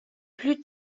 plus